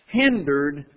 hindered